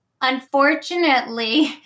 unfortunately